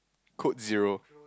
code zero